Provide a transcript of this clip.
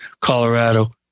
Colorado